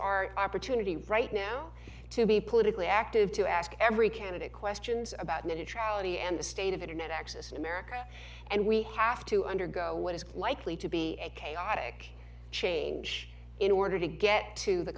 our opportunity right now to be politically active to ask every candidate questions about net neutrality and the state of internet access in america and we have to undergo what is likely to be a chaotic change in order to get to the